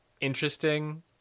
interesting